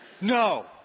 No